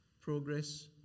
progress